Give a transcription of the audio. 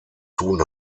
tun